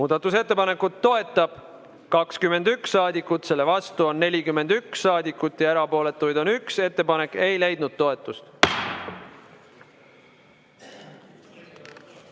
Muudatusettepanekut toetab 21 saadikut, selle vastu on [46] saadikut ja erapooletuid on 1. Ettepanek ei leidnud toetust.